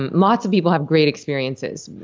and lots of people have great experiences.